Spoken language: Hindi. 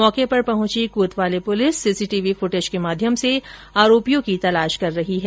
मौके पर पहुंची कोतवाली पुलिस सीसीटीवी फुटेज के माध्यम से आरोपियों को पहचानने की कोशिश कर रही है